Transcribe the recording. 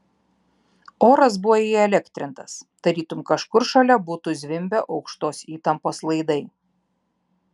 oras buvo įelektrintas tarytum kažkur šalia būtų zvimbę aukštos įtampos laidai